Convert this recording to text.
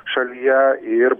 šalyje ir